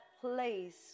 place